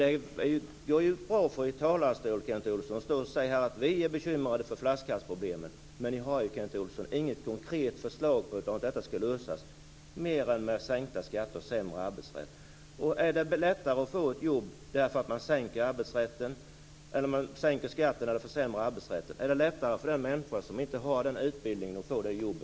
Det går bra att stå i talarstolen, Kent Olsson, och säga att man är bekymrad över flaskhalsproblemen. Men ni har ju inget konkret förslag om hur detta skall lösas, förutom med sänkta skatter och sämre arbetsrätt. Är det lättare att få ett jobb därför att man sänker skatten eller försämrar arbetsrätten? Är det lättare för den människa som inte har rätt utbildning att få det jobbet?